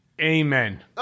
Amen